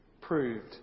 proved